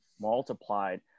multiplied